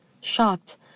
Shocked